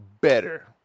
better